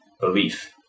Belief